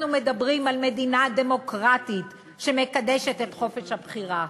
מדברים על מדינה דמוקרטית שמקדשת את חופש הבחירה.